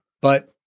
But-